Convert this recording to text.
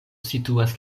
situas